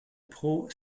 pro